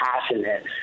passionate